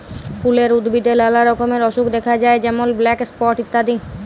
ফুলের উদ্ভিদে লালা রকমের অসুখ দ্যাখা যায় যেমল ব্ল্যাক স্পট ইত্যাদি